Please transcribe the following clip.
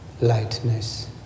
lightness